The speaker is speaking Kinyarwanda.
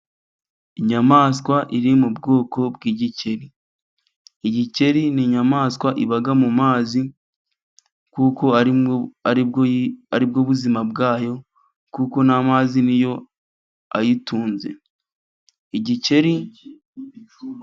Inyamaswa iri mu bwoko bw'igikeri, igikeri n'inyamaswa iba mu mazi kuko aribwo buzima bwayo kuko amazi niyo ayitunze.